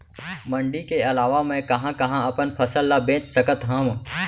मण्डी के अलावा मैं कहाँ कहाँ अपन फसल ला बेच सकत हँव?